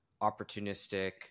opportunistic